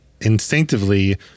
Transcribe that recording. instinctively